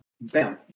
Bam